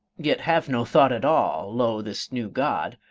yet have no thought at all lo this new god,